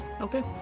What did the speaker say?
okay